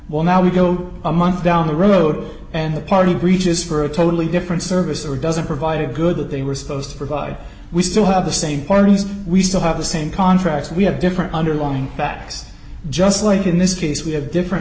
while now we go a month down the road and the party reaches for a totally different service or doesn't provide a good that they were supposed to provide we still have the same parties we still have the same contracts we have different underlying facts just like in this case we have different